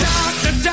Doctor